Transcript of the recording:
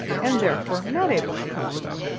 and therefore not able to come to them.